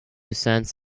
cents